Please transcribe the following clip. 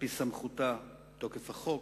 על-פי סמכותה מתוקף החוק,